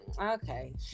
okay